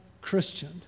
Christian